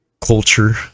culture